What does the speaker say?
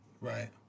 Right